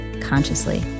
consciously